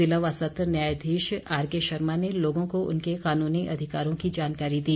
ज़िला व सत्र न्यायाधीश आरके शर्मा ने लोगों को उनके कानूनी अधिकारों की जानकारी दी